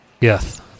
yes